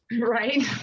Right